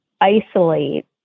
isolate